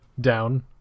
down